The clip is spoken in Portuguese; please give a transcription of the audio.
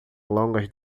longas